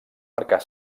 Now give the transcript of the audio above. marcar